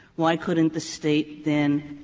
why couldn't the state then